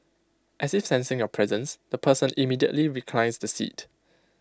as if sensing your presence the person immediately reclines the seat